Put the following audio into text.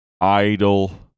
idle